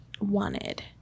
wanted